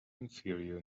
inferior